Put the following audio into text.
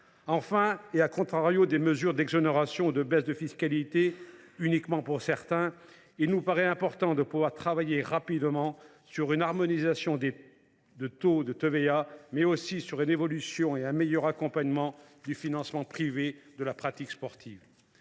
Enfin, prenant le contre pied de mesures d’exonérations ou de baisse de fiscalité uniquement pour certains, nous souhaitons travailler rapidement sur une harmonisation des taux de TVA, ainsi que sur une évolution et un meilleur accompagnement du financement privé de la pratique sportive.